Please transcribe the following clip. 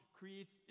creates